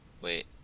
Wait